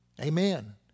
Amen